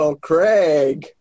Craig